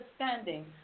understanding